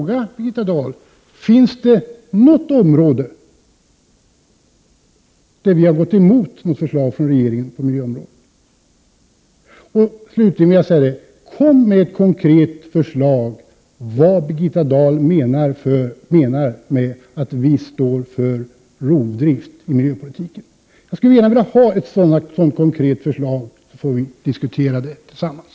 Slutligen: Kom med ett konkret förslag som visar vad Birgitta Dahl menar med att vi står för rovdrift i miljöpolitiken. Jag vill gärna ha ett exempel på ett konkret förslag, så att vi kan diskutera det tillsammans.